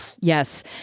yes